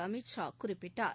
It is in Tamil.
அமித்ஷா குறிப்பிட்டார்